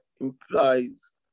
implies